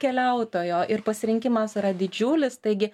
keliautojo ir pasirinkimas yra didžiulis taigi